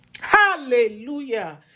Hallelujah